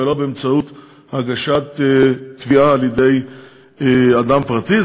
ולא באמצעות הגשת תביעה על-ידי אדם פרטי.